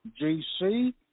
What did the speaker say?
GC